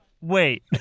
wait